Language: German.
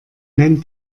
nennt